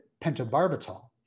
pentobarbital